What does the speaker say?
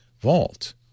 vault